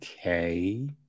okay